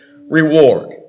reward